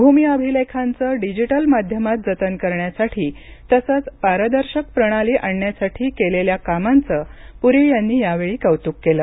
भूमी अभिलेखांचं डिजिटल माध्यमात जतन करण्यासाठी तसंच पारदर्शक प्रणाली आणण्यासाठी केलेल्या कामांचं पुरी यांनी यावेळी कौतुक केलं